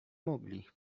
mogli